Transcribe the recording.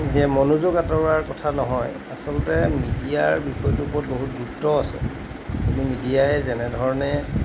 যে মনোযোগ আঁতৰোৱাৰ কথা নহয় আচলতে মিডিয়াৰ বিষয়টোৰ ওপৰত বহুত গুৰুত্ব আছে কিন্তু মিডিয়াই যেনেধৰণে